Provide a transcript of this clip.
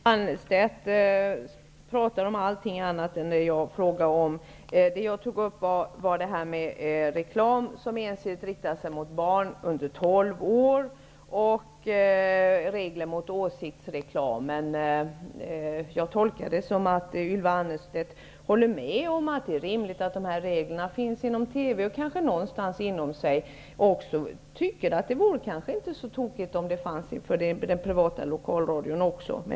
Fru talman! Ylva Annerstedt talar om allt annat än det som jag frågade om. Det jag tog upp gällde reklam som ensidigt riktar sig mot barn under tolv år och regler mot åsiktsreklam. Jag tolkar detta som att Ylva Annerstedt håller med om att det är rimligt att dessa regler finns inom TV. Kanske tycker hon någonstans inom sig att det inte vore så tokigt om de även skulle finnas när det gäller den privata lokalradion.